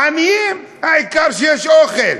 העניים, העיקר שיש אוכל.